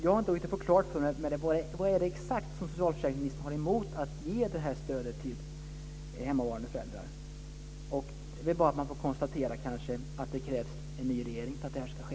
Jag har inte fått klart för mig exakt vad socialförsäkringsministern har emot att ge stödet till hemmavarande föräldrar. Det är bara att konstatera att det krävs en ny regering för att det ska ske.